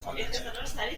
کنید